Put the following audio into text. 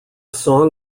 song